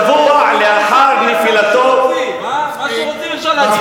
שבוע לאחר נפילתו, אה, מה שרוצים אפשר להגיד.